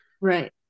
Right